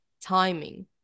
timing